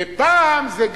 ופעם זה גמליאל,